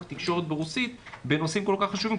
תקשורת ברוסית בנושאים כל כך חשובים.